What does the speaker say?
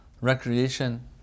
recreation